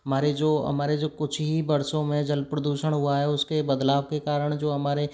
हमारे जो हमारे जो कुछ ही वर्षों में जल प्रदूषण हुआ है उसके बदलाव के कारण जो हमारे